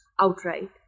outright